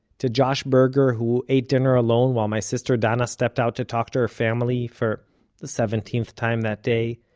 to josh berger, who ate dinner alone while my sister danna stepped out to talk to her family, for the seventeenth time that day.